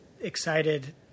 excited